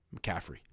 McCaffrey